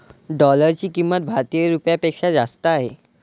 डॉलरची किंमत भारतीय रुपयापेक्षा जास्त आहे